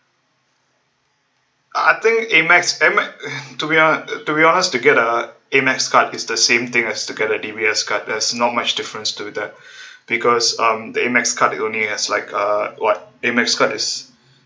I think AMEX AMEX to be honest to be honest to get a AMEX card is the same thing as to get a D_B_S card there's not much difference to that because um the AMEX card is only it has like uh what AMEX card is